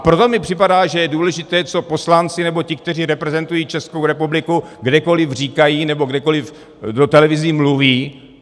Proto mi připadá, že je důležité, co poslanci, nebo ti, kteří reprezentují Českou republiku, kdekoliv říkají nebo kdekoliv do televize mluví.